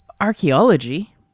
Archaeology